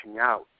out